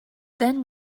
then